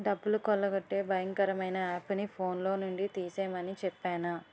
డబ్బులు కొల్లగొట్టే భయంకరమైన యాపుని ఫోన్లో నుండి తీసిమని చెప్పేనా